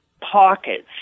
pockets